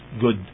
good